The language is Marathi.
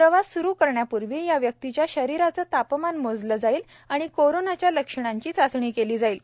प्रवास सुरू करण्यापूर्वी या व्यक्तींच्या शरीराचे तपमान मोजले जाईल आणि कोरोनाच्या लक्षणांची चाचणी केली जाईल